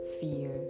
fear